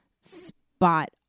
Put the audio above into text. spot